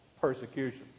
persecution